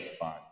Bond